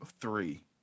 three